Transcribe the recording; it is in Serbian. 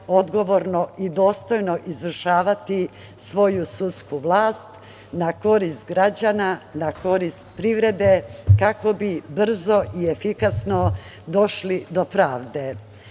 odgovorno i dostojno izvršavati svoju sudsku vlast na korist građana, na korist privrede, kako bi brzo i efikasno došli do pravde.